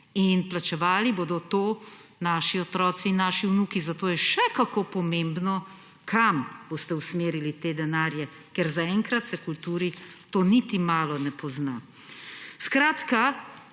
In plačevali bodo to naši otroci in naši vnuki, zato je še kako pomembno, kam boste usmerili te denarje, ker zaenkrat se kulturi to niti malo ne pozna. Znanih